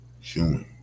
human